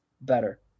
better